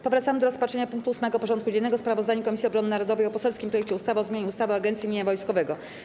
Powracamy do rozpatrzenia punktu 8. porządku dziennego: Sprawozdanie Komisji Obrony Narodowej o poselskim projekcie ustawy o zmianie ustawy o Agencji Mienia Wojskowego.